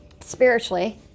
Spiritually